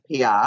PR